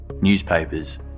newspapers